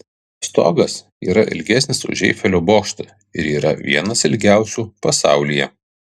stogas yra ilgesnis už eifelio bokštą ir yra vienas ilgiausių pasaulyje